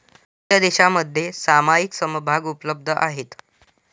कोणत्या देशांमध्ये सामायिक समभाग उपलब्ध आहेत?